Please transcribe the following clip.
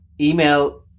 email